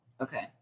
Okay